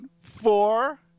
Four